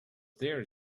there